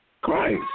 Christ